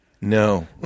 No